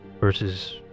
Versus